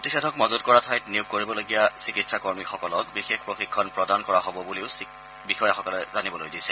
প্ৰতিষেধক মজুত কৰা ঠাইত নিয়োগ কৰিবলগীয়া চিকিৎসা কৰ্মীসকলক বিশেষ প্ৰশিক্ষণ প্ৰদান কৰা হব বুলিও বিষয়াসকলে জানিবলৈ দিছে